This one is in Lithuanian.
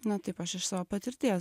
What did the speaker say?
na taip aš iš savo patirties